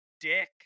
Dick